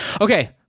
Okay